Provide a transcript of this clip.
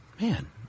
Man